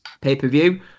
pay-per-view